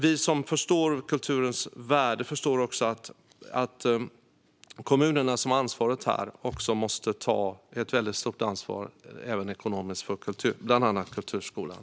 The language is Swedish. Vi som förstår kulturens värde förstår också att kommunerna, som har ansvaret här, måste ta ett väldigt stort ansvar för kultur även ekonomiskt. Det gäller bland annat kulturskolan.